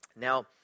Now